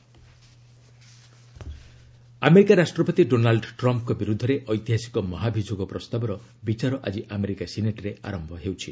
US impeachment America ରାଷ୍ଟ୍ରପତି ଡୋନାଲ୍ଡ ଟ୍ରମ୍ଫ୍ଙ୍କ ବିରୁଦ୍ଧରେ ଐତିହାସିକ ମହାଭିଯୋଗ ପ୍ରସ୍ତାବର ବିଚାର ଆଜି ଆମେରିକା ସିନେଟ୍ରେ ଆରମ୍ଭ ହେଉଛି